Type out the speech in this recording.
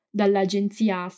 dall'Agenzia